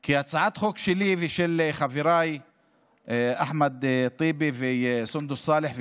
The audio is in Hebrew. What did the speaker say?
כי בהצעת החוק שלי ושל חבריי אחמד טיבי וסונדוס סאלח,